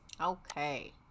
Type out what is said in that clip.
Okay